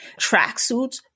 tracksuits